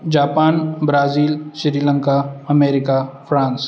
Japan Brazil Sri Lanka America France